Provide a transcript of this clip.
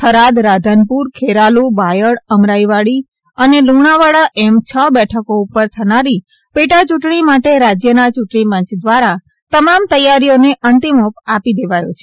થરાદ રાધનપુર ખેરાલુ બાયડ અમરાઈવાડી અને લુણાવાડા એમ છ બેઠકો ઉપર થનારી પેટા ચૂંટણી માટે રાજ્યના ચૂંટણી પંચ દ્વારા તમામ તૈયારીઓને અંતિમ ઓપ આપી દેવાયો છે